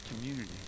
community